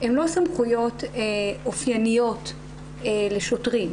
הן לא סמכויות אופייניות לשוטרים.